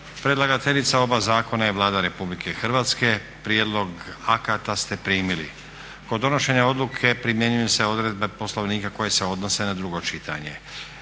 Predlagateljica oba zakona je Vlada Republike Hrvatske. Prijedlog akata ste primili. Kod donošenja odluke primjenjuju se odredbe Poslovnika koje se odnose na drugo čitanje.